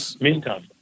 Meantime